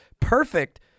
perfect